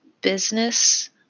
business